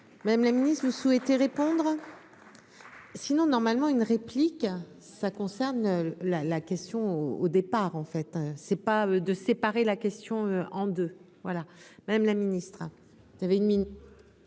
Même les ministres, vous souhaitez répondre. Sinon normalement une réplique. ça concerne la la question au au départ, en fait, hein, c'est pas de séparer la question en 2 voilà, Madame la Ministre, vous avez une mine.